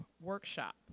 workshop